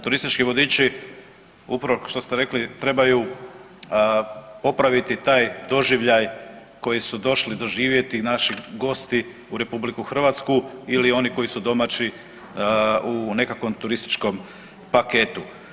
Turistički vodiči upravo što ste rekli trebaju popraviti taj doživljaj koji su došli doživjeti naši gosti u RH ili oni koji su domaći u nekakvom turističkom paketu.